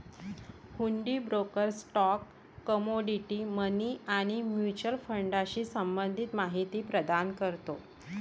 हुंडी broker stock, commodity, money आणि mutual फंडाशी संबंधित माहिती प्रदान करतो